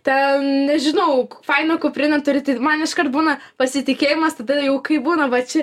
ten nežinau fainą kuprinę turi tai man iškart būna pasitikėjimas tada jau kaip būna va čia